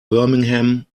birmingham